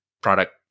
product